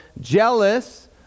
jealous